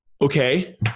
Okay